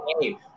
hey